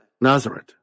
Nazareth